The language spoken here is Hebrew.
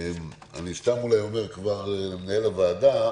אני אומר למנהל הוועדה